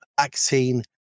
vaccine